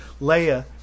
Leia